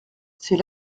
c’est